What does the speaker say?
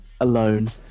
alone